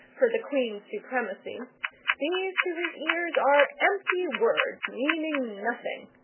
for the queen's supremacy these to his ears are empty words, meaning nothing.